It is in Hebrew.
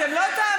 אתם לא תאמינו,